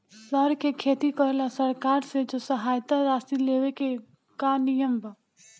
सर के खेती करेला सरकार से जो सहायता राशि लेवे के का नियम बा?